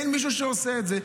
אין מי שעושה את זה.